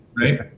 right